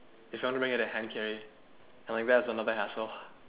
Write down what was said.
if you want to bring you have to the hand carry that's another hassle